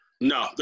No